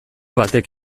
batek